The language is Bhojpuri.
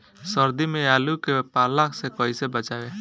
सर्दी में आलू के पाला से कैसे बचावें?